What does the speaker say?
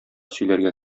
сөйләргә